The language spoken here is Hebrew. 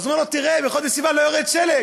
אז הוא אומר לו: תראה, בחודש סיוון לא יורד שלג.